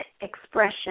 expression